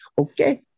okay